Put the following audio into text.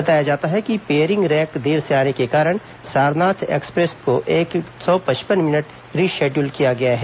बताया जाता है कि पेयरिंग रैक देर से आने के कारण सारनाथ एक्सप्रेस को एक सौ पचपन मिनट री शेड्यूल किया गया है